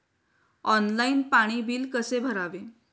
Online पाणी bill कसे भरावे?